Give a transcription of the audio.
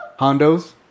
hondos